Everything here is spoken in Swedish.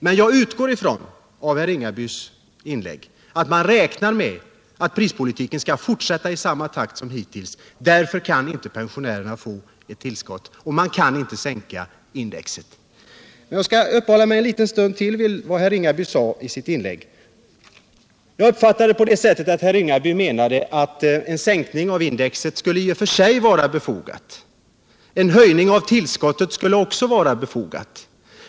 Men jag utgår från — av herr Ringabys inlägg —- att man räknar med att prispolitiken skall fortsätta på samma sätt som hittills. Pensionärerna skall inte få något tillskott och därför vill man inte sänka indextalet. Jag skall uppehålla mig en liten stund till vid vad herr Ringaby sade i sitt inlägg. Jag uppfattade honom så att han menade att en sänkning av indextalet i och för sig skulle vara befogad. Även en höjning av tillskottet skulle vara befogad.